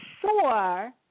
sure